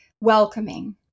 welcoming